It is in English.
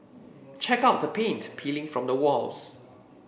check out the paint peeling from the walls